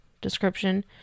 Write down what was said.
description